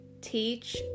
Teach